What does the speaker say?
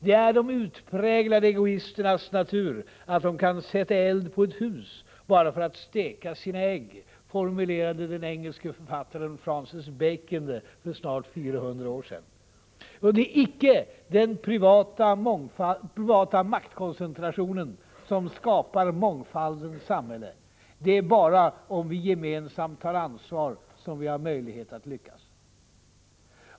”Det är de utpräglade egoisternas natur att de kan sätta eld på ett hus bara för att steka sina ägg”, formulerade den engelske författaren Francis Bacon det för snart 400 år sedan. Det är icke den privata maktkoncentrationen som skapar mångfaldens samhälle. Det är bara om vi gemensamt tar ansvar som vi har möjlighet att lyckas.